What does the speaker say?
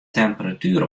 temperatuer